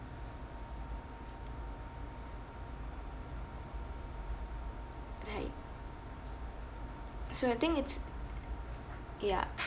right so I think it's ya